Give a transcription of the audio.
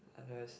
otherwise